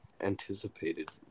anticipated